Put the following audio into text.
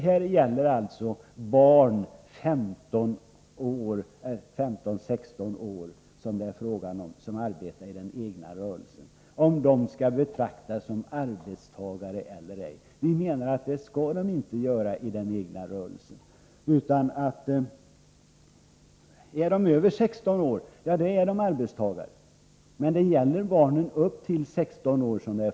Här gäller om barn som är 15—16 år — det är dem det handlar om — och arbetar i den egna rörelsen skall betraktas som arbetstagare eller ej. Vi menar att de inte skall göra det när det är fråga om just egen rörelse. Är de över 16 år, så är de arbetstagare, men denna fråga gäller barn upp till 16 år.